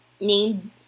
named